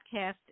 podcast